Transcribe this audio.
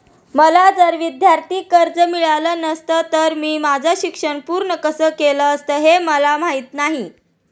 मला जर विद्यार्थी कर्ज मिळालं नसतं तर मी माझं शिक्षण पूर्ण कसं केलं असतं, हे मला माहीत नाही